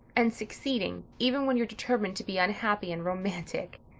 and succeeding. even when you're determined to be unhappy and romantic.